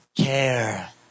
care